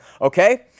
Okay